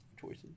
choices